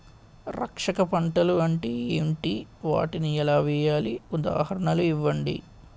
రక్షక పంటలు అంటే ఏంటి? వాటిని ఎలా వేయాలి? ఉదాహరణలు ఇవ్వండి?